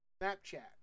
Snapchat